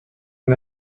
and